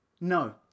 No